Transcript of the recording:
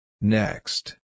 Next